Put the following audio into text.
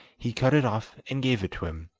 he cut it off and gave it to him.